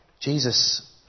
Jesus